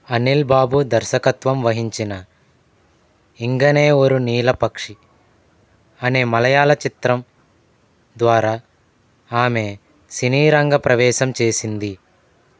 అనిల్ బాబు దర్శకత్వం వహించిన ఇంగనే ఒరు నీలపక్షి అనే మలయాళ చిత్రం ద్వారా ఆమె సినీరంగప్రవేశం చేసింది